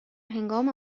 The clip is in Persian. هنگام